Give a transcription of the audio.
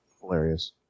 hilarious